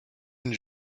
and